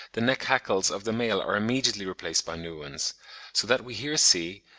the neck-hackles of the male are immediately replaced by new ones so that we here see,